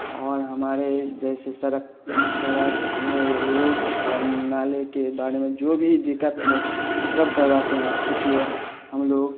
और हमारे जैसे सड़क सड़क रोड या नाले के बारे में जो भी दिक़्क़त है वो सब करवाते हैं इसलिए हम लोग